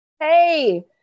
Hey